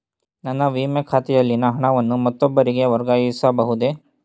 ನನ್ನ ವಿಮೆ ಖಾತೆಯಲ್ಲಿನ ಹಣವನ್ನು ಮತ್ತೊಬ್ಬರಿಗೆ ವರ್ಗಾಯಿಸ ಬಹುದೇ?